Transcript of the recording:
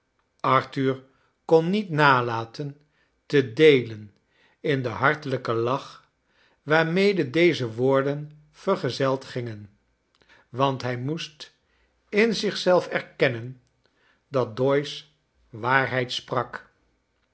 arthur kon niet nalaten te deelen in den hartelijken lach waarmede deze woorden vergezeld gingen want hij moest in zich zelf erkennen dat doyce waarheid sprak